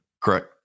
Correct